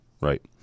right